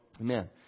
Amen